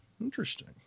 Interesting